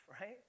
right